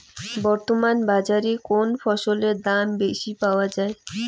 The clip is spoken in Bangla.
বর্তমান বাজারে কোন ফসলের দাম বেশি পাওয়া য়ায়?